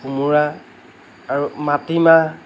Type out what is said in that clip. কোমোৰা আৰু মাটিমাহ